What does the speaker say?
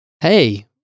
hey